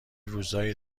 روزایی